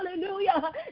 Hallelujah